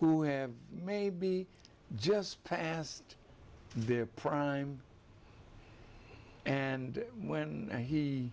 who have maybe just past their prime and when he